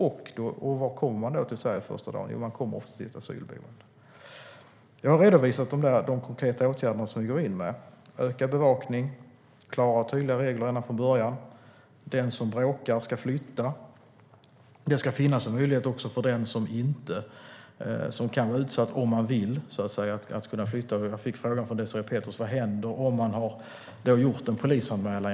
Och vart kommer man till Sverige första dagen? Jo, man kommer ofta till ett asylboende. Jag har redovisat de konkreta åtgärder som vi vidtar. Det är fråga om ökad bevakning och klara och tydliga regler redan från början. Den som bråkar ska flytta, och det ska också finnas en möjlighet för den som är utsatt att flytta om denna person vill det. Jag fick frågan från Désirée Pethrus: Vad händer efter att någon har gjort en polisanmälan?